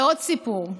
ועוד סיפור.